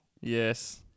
Yes